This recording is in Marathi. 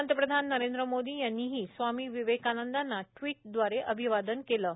पंतप्रधान नरेंद्र मोदी यांनीही स्वामी विवेकानंदांना टवीटदवारे अभिवादन केले आहे